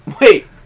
Wait